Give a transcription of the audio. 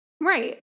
Right